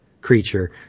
creature